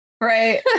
Right